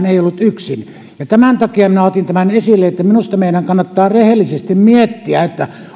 ei ollut yksin ja minä otin tämän esille sen takia että minusta meidän kannattaa rehellisesti miettiä